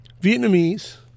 Vietnamese